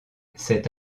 c’est